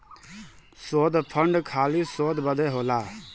शोध फंड खाली शोध बदे होला